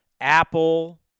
Apple